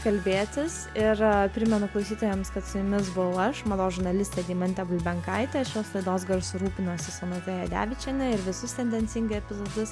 kalbėtis ir primenu klausytojams kad su jumis buvau aš mados žurnalistė deimantė bulbenkaitė šios laidos garsu rūpinosi sonata jadevičienė ir visus tendencingai epizodus